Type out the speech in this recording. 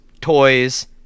toys